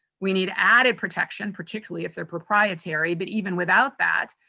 we need added protection, particularly if they're proprietary, but even without that,